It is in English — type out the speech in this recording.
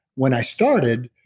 when i started,